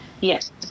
Yes